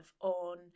on